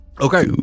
okay